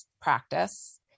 practice